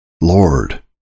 Lord